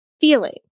feeling